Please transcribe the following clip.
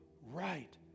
right